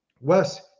Wes